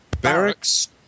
barracks